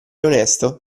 onesto